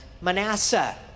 manasseh